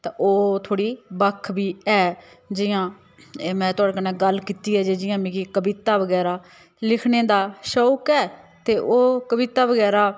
ते ओह् थोह्ड़ी बक्ख बी ऐ जियां में थुआढ़े कन्नै गल्ल कीती ऐ जे जियां मिगी कविता बगैरा लिखने दा शौक ऐ ते ओह् कविता बगैरा